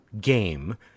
game